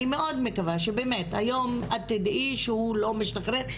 אני מאוד מקווה שהיום באמת תדעי שהוא לא משתחרר,